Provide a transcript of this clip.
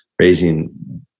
raising